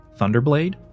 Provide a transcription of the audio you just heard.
Thunderblade